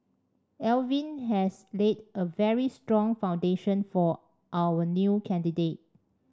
Alvin has laid a very strong foundation for our new candidate